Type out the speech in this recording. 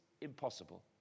impossible